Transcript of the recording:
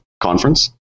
conference